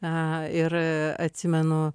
na ir atsimenu